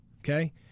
Okay